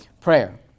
prayer